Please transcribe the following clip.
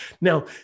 Now